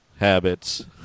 habits